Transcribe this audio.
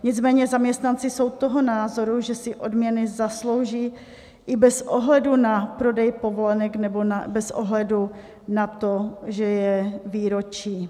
Nicméně zaměstnanci jsou toho názoru, že si odměny zaslouží i bez ohledu na prodej povolenek nebo bez ohledu na to, že je výročí.